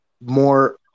more